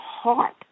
heart